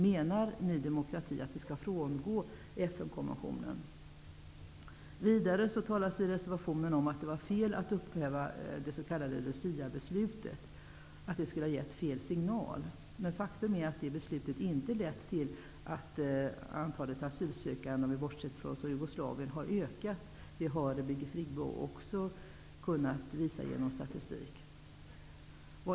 Menar ni i Ny demokrati att vi skall frångå FN-konventionen? Vidare sägs det i reservationen att det var fel att upphäva det s.k. luciabeslutet, att det skulle ha gett fel signal. Men faktum är att det beslutet inte lett till att antalet asylsökande, bortsett från Jugoslavien, har ökat. Det har Birgit Friggebo också kunnat visa på genom statistik.